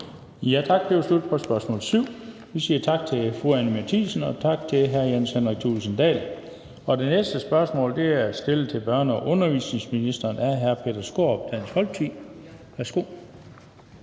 Tak. Det var slut på spørgsmål 7 på dagsordenen. Vi siger tak til fru Anni Matthiesen og til hr. Jens Henrik Thulesen Dahl. Det næste spørgsmål er stillet til børne- og undervisningsministeren af hr. Peter Skaarup, Dansk Folkeparti.